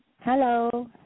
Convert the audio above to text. Hello